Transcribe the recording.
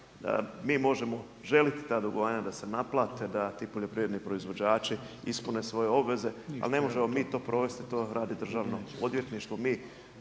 mi možemo želiti ta dugovanja da se naplate, da ti poljoprivredni proizvođači ispune svoje obveze. Ali ne možemo mi to provesti, to radi Državno odvjetništvo.